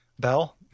bell